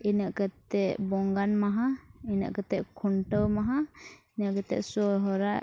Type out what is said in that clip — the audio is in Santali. ᱤᱱᱟᱹ ᱠᱟᱛᱮ ᱵᱚᱸᱜᱟᱱ ᱢᱟᱦᱟ ᱤᱱᱟᱹ ᱠᱟᱛᱮ ᱠᱷᱩᱱᱴᱟᱹᱣ ᱢᱟᱦᱟ ᱤᱱᱟᱹ ᱠᱟᱛᱮ ᱥᱚᱦᱨᱟᱭ